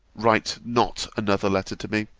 write not another letter to me.